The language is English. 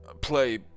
play